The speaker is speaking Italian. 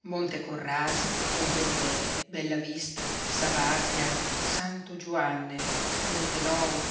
monte corrasi monte uddè bella vista sa bardia santu juanne monte nou